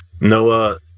Noah